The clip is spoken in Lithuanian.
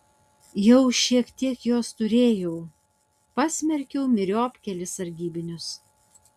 jau šiek tiek jos turėjau pasmerkiau myriop kelis sargybinius